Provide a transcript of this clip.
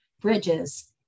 Bridges